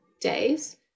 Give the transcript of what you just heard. days